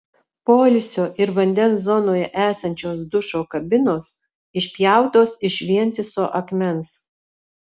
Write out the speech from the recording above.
poilsio ir vandens zonoje esančios dušo kabinos išpjautos iš vientiso akmens